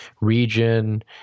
region